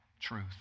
truth